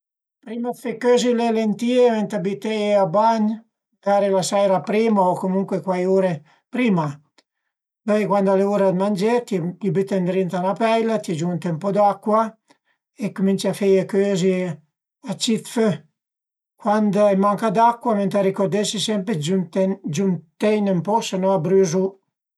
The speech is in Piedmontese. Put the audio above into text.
Prima dë fe cözi le lentìe ëntà büteie a bagn, magari la seira prima o comuncue cuai ure prima, pöi cuand al e ura dë mangé, t'ie büte ëndrinta 'na peila, t'ie giunte ën po d'acua e cumincie a feie cözi a cit fö. Cuand a i manca d'acua ëntà ricurdese sempre dë giunteine ën po së no a brüzu